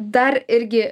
dar irgi